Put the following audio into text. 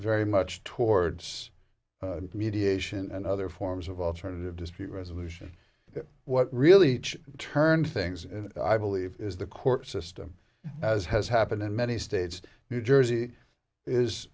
very much towards mediation and other forms of alternative dispute resolution what really turned things i believe is the court system as has happened in many states new jersey is